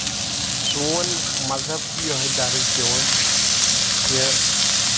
سون مذہب چھُ یِہوے درٕز دِوان کہِ